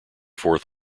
fourth